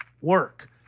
work